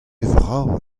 vrav